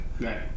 Right